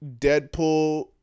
Deadpool